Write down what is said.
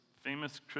famous